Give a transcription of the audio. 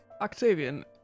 Octavian